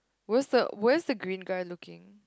what's the where's the green guy looking